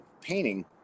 painting